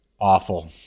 awful